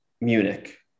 Munich